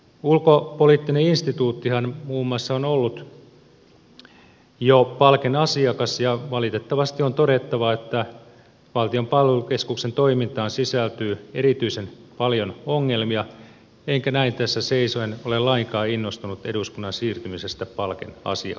ulkopoliittinen instituuttihan muun muassa on ollut jo palkeiden asiakas ja valitettavasti on todettava että valtion palvelukeskuksen toimintaan sisältyy erityisen paljon ongelmia enkä näin tässä seisoen ole lainkaan innostunut eduskunnan siirtymisestä palkeiden asiakkaaksi